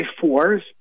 fours